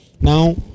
Now